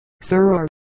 sir